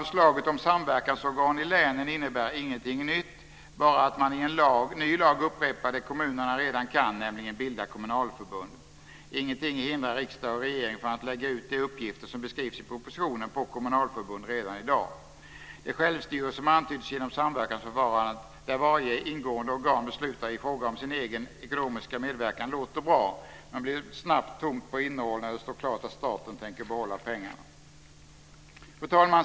Förslaget om samverkansorgan i länen innebär ingenting nytt, bara att man i en ny lag upprepar det kommunerna redan kan, nämligen bilda kommunalförbund. Ingenting hindrar riksdag och regering från att lägga ut de uppgifter som beskrivs i propositionen på kommunalförbund redan i dag. Det självstyre som antyds genom samverkansförfarandet, där varje ingående organ beslutar i fråga om sin egen ekonomiska medverkan, låter bra men blir snabbt tomt på innehåll när det står klart att staten tänker behålla pengarna. Fru talman!